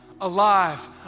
alive